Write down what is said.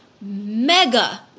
mega